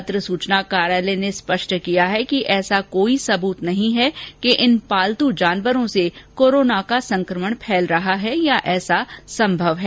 पत्र सूचना कार्यालय ने स्पष्ट किया है कि ऐसा कोई सबूत नहीं है कि इन पालतू जानवरों से कोरोना का संक्रमण फैल रहा है या ऐसा संभव है